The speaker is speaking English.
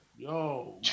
Yo